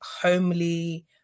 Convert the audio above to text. homely